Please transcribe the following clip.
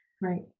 Right